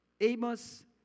Amos